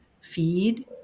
feed